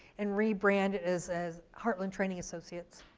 and re-branded as as heartland training associates.